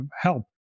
help